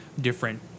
different